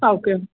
ಹಾಂ ಓಕೆ